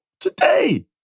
today